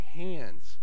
hands